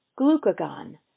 glucagon